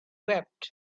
wept